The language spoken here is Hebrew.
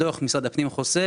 דו"ח משרד הפנים חושף